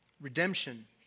redemption